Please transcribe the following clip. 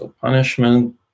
punishment